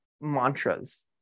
mantras